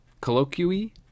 colloquy